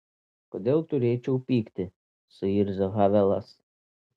kodėl turėčiau pykti suirzo havelas